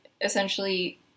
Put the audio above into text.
essentially